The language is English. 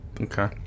Okay